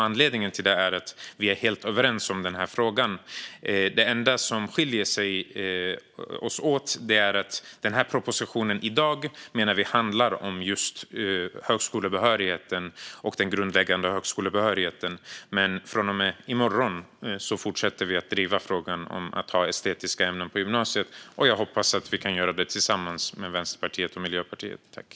Anledningen till det är att vi är helt överens om frågan. Det enda som skiljer oss åt är att vi menar att propositionen vi behandlar i dag handlar om just den grundläggande högskolebehörigheten. Men från och med i morgon fortsätter vi att driva frågan att ha estetiska ämnen på gymnasiet. Jag hoppas att Vänsterpartiet och Miljöpartiet kan göra det tillsammans.